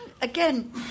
Again